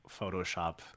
Photoshop